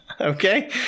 Okay